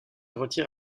retire